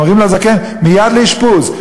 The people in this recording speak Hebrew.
הם אומרים לזקן: מייד לאשפוז.